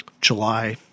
July